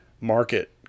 market